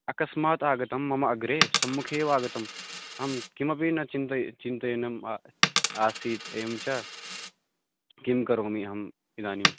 अकस्मात् आगतं मम अग्रे सम्मुखे एव आगतम् अहं किमपि न चिन्तये चिन्तनं आसीत् एवं च किं करोमि अहम् इदानीम्